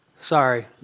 sorry